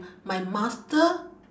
my master